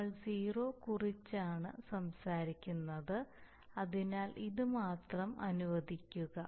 നമ്മൾ സീറോ കുറിച്ചാണ് സംസാരിക്കുന്നത് അതിനാൽ ഇത് മാത്രം അനുവദിക്കുക